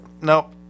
nope